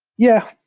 yeah,